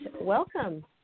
welcome